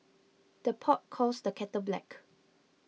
the pot calls the kettle black